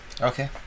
Okay